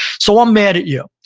so i'm mad at you.